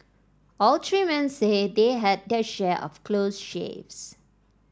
all three men say they had their share of close shaves